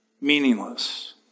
Meaningless